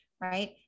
right